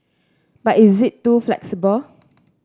but is it too flexible